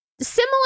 similar